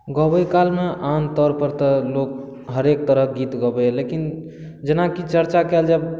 गबैत काल मे आमतौर पर तऽ लोक हरेक तरहक गीत गबैया लेकिन जेनाकि चर्चा कएल जाए